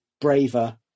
braver